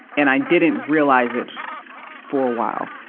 and i didn't realize it for a while.